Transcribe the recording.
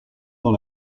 dans